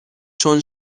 چون